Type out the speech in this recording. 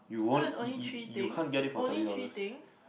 you won't you you can't get it for thirty dollars